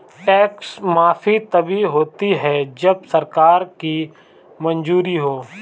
tax माफी तभी होती है जब सरकार की मंजूरी हो